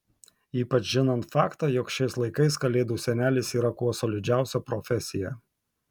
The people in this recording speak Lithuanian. ypač žinant faktą jog šiais laikais kalėdų senelis yra kuo solidžiausia profesija